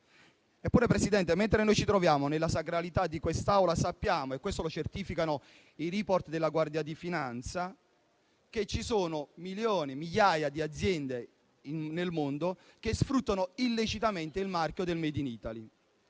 Eppure, Presidente, mentre noi ci troviamo nella sacralità di quest'Aula, sappiamo - e questo lo certificano i *report* della Guardia di finanza - che ci sono migliaia di aziende nel mondo che sfruttano illecitamente il marchio del *made in Italy*